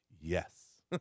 Yes